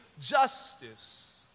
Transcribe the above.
justice